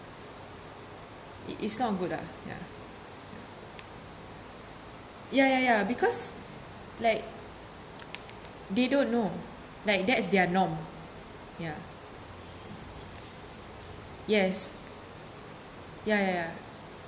it is not good lah ya ya ya ya because like they don't know like that's their norm ya yes ya ya ya